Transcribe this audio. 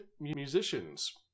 musicians